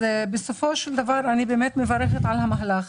בסופו של דבר אני מברכת על המהלך,